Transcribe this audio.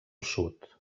sud